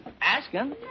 asking